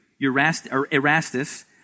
Erastus